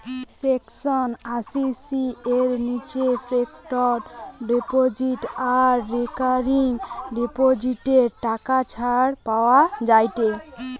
section আশি C এর নিচে ফিক্সড ডিপোজিট আর রেকারিং ডিপোজিটে টাকা ছাড় পাওয়া যায়েটে